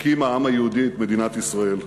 הקים העם היהודי את מדינת ישראל.